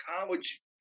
college